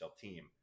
team